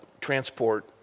transport